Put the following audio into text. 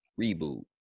reboot